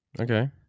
Okay